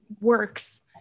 works